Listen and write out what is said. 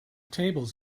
tables